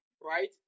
right